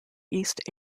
east